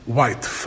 White